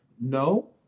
no